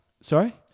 Sorry